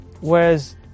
whereas